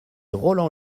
roland